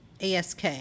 ASK